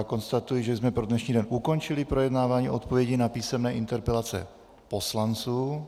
Konstatuji, že jsme pro dnešní den ukončili projednávání odpovědí na písemné interpelace poslanců.